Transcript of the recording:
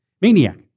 maniac